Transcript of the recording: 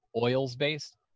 oils-based